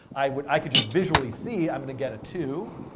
i but i could just visually see, i'm going to get a two.